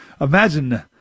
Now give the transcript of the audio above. Imagine